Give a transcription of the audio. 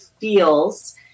feels